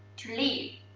to leave.